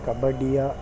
ಕಬಡ್ಡಿಯ